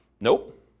Nope